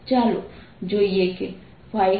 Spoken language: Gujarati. ચાલો જોઈએ કે s શું છે